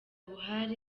buhari